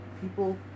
people